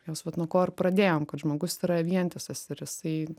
jos vat nuo ko ir pradėjom kad žmogus yra vientisas ir jisai